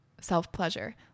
self-pleasure